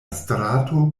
strato